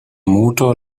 motor